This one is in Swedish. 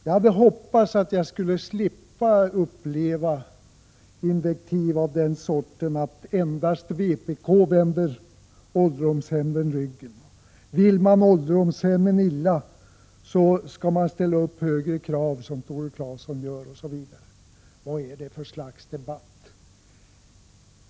Jag hade hoppats att jag skulle slippa invektiv av den sorten: endast vpk vänder ålderdomshemmen ryggen, vill man ålderdomshemmen illa så skall man ställa upp högre krav, som Tore Claeson gör, osv. Vad är det för slags debatt?